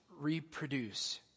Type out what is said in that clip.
reproduce